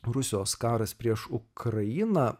rusijos karas prieš ukrainą